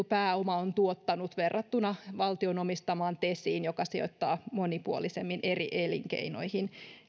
pääoma on tuottanut verrattuna valtion omistamaan tesiin joka sijoittaa monipuolisemmin eri elinkeinoihin